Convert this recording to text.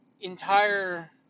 entire